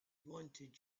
wanted